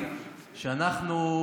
שאנחנו,